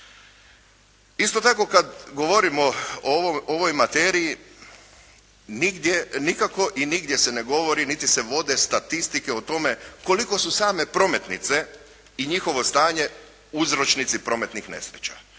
Isto tako, kad govorimo o ovoj materiji nigdje, nikako i nigdje se ne govori niti se vode statistike o tome koliko su same prometnice i njihovo stanje uzročnici prometnih nesreća.